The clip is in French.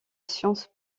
sciences